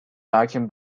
hakim